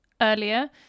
earlier